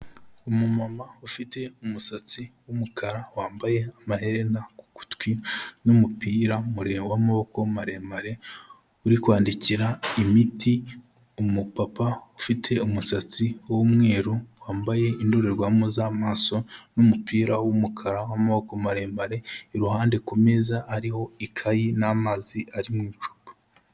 Umumama ufite umusatsi w'umukara wambaye amaherena ku gutwi, n'umupira w'amoboko maremare uri kwandikira imiti umupapa ufite umusatsi w'umweru wambaye indorerwamo z'amaso, n'umupira w'umukara w'amoboko maremare, iruhande ku meza hariho ikayi n'amazi ari mu icupa.